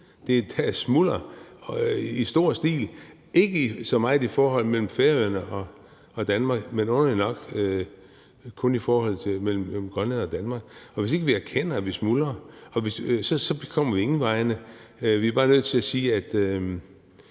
da smulder i stor stil, ikke så meget i forholdet mellem Færøerne og Danmark, men underligt nok kun i forholdet mellem Grønland og Danmark. Hvis ikke vi erkender, at vi smuldrer, kommer vi ingen vegne. Vi er bare nødt til sige,